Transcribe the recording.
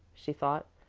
she thought,